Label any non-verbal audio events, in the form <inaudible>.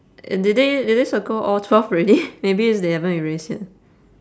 did they did they circle all twelve already <noise> maybe is they haven't erase yet